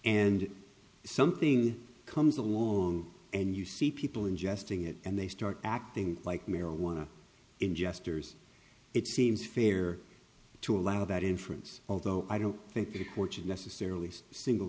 and something comes along and you see people ingesting it and they start acting like marijuana in jesters it seems fair to allow that inference although i don't think it fortune necessarily single